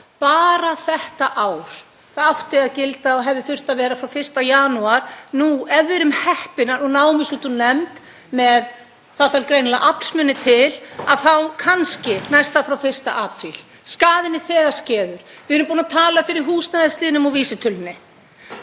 bara þetta ár. Það átti að gilda, og hefði þurft að vera, frá 1. janúar. Ef við erum heppin og náum þessu út úr nefnd, það þarf greinilega aflsmuni til, þá næst það kannski frá 1. apríl. Skaðinn er þegar skeður. Við erum búin að tala fyrir húsnæðisliðnum og vísitölunni.